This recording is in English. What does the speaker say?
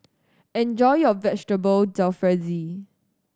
enjoy your Vegetable Jalfrezi